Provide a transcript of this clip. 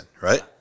right